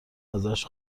ازش